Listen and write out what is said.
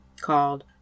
called